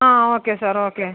ആ okay sir okay